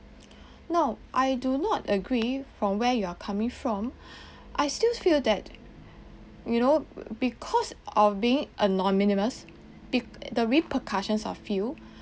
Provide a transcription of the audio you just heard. now I do not agree from where you're coming from I still feel that you know because of being anonymous b~ the repercussions are few